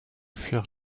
furent